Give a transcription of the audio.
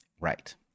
Right